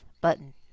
button